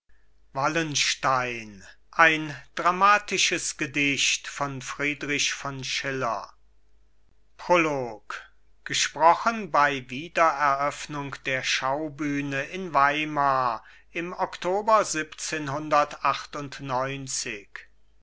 wallenstein ein dramatisches gedicht prolog gesprochen bei wiedereröffnung der schaubühne in weimar im oktober